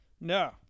No